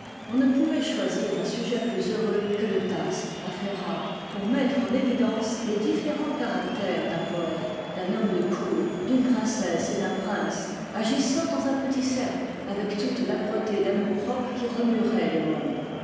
on ne pouvait choisir un sujet plus heureux que le tasse à ferrare pour mettre en évidence les différents caractères d'un poëte d'un homme de cour d'une princesse et d'un prince agissant dans un petit cercle avec toute l'âpreté d'amour-propre qui remuerait le monde